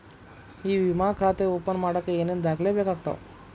E ವಿಮಾ ಖಾತೆ open ಮಾಡಕ ಏನೇನ್ ದಾಖಲೆ ಬೇಕಾಗತವ